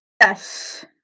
Yes